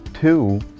Two